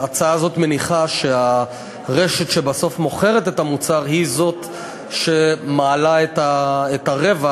ההצעה הזאת מניחה שהרשת בסוף מוכרת את המוצר היא שמעלה את הרווח.